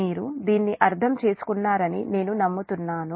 మీరు దీన్ని అర్థం చేసుకున్నారని నేను నమ్ముతున్నాను